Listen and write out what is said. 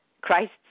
Christ